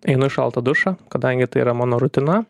einu į šaltą dušą kadangi tai yra mano rutina